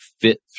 fit